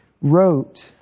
wrote